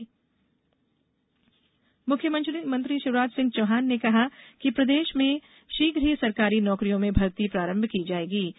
लोकार्पण सीएम मुख्यमंत्री शिवराज सिंह चौहान ने कहा कि प्रदेश में शीघ्र ही सरकारी नौकरियों में भर्ती प्रारंभ की जाएंगी